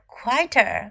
quieter